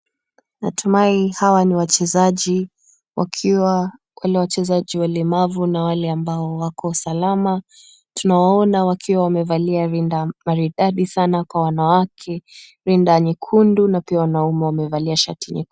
Natumai hawa ni wachezaji, wakiwa wale wachezaji walemavu na wale ambao wako salama. Tunawaona wakiwa wamevalia rinda maridadi sana kwa wanawake, rinda nyekundu na pia wanaume wamevalia shati nyekundu.